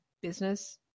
business